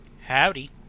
Howdy